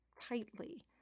tightly